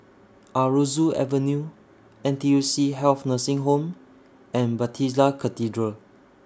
Aroozoo Avenue N T U C Health Nursing Home and Bethesda Cathedral